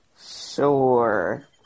Sure